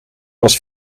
was